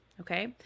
Okay